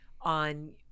on